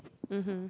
mmhmm